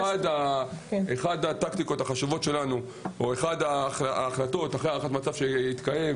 אחת הטקטיקות החשובות שלנו או אחת ההחלטות אחרי הערכת מצב שהתקיימה